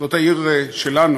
זאת העיר שלנו,